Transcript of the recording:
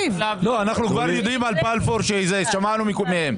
לא, אנחנו כבר יודעים על בלפור, שמענו מהם.